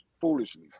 foolishly